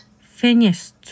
Finished